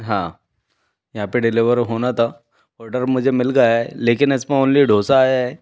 हाँ यहाँ पर डिलेवर होना था ऑर्डर मुझे मिल गया है लेकिन इसमे ओन्ली डोसा है